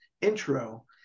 intro